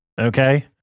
okay